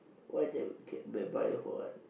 why take chem and bio for what